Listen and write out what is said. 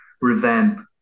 revamp